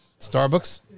Starbucks